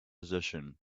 position